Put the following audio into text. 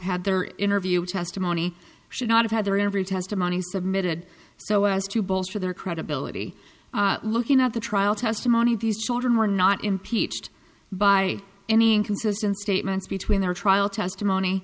had their interview testimony should not have had their every testimony submitted so as to bolster their credibility looking at the trial testimony of these children were not impeached by any inconsistent statements between their trial testimony